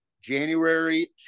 January